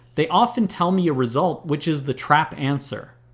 they often tell me a result which is the trap answer.